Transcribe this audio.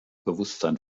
bewusstsein